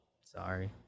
Sorry